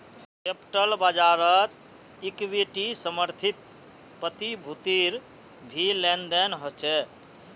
capital बाज़ारत equity समर्थित प्रतिभूतिर भी लेन देन ह छे